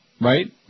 right